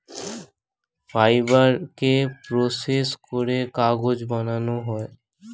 ফাইবারকে প্রসেস করে কাগজ বানানো হয়